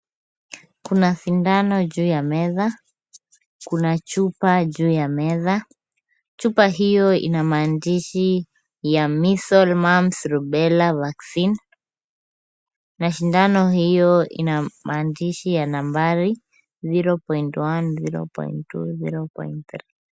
Kuna sindano juu ya meza. Kuna chupa juu ya meza. Chupa hiyo ina maandishi ya measles, mumps, rubela vaccine na sindano hiyo ina maandishi ya nambari 0.1, 0.2, 0.3.